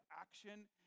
action